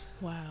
Wow